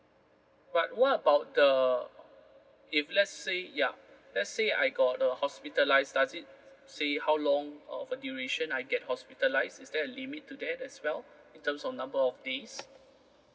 but what about the if let's say ya let's say I got the hospitalised does it say how long of a duration I get hospitalised is there a limit to that as well in terms of number of days